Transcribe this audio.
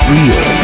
Real